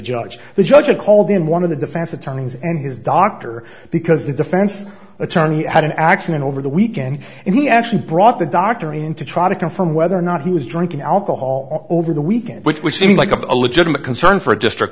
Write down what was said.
judge the judge and called in one of the defense attorneys and his doctor because the defense attorney had an accident over the weekend and he actually brought the doctor in to try to confirm whether or not he was drinking alcohol over the weekend which would seem like a legitimate concern for a district